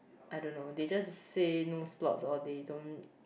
I don't know they just said no slot or they don't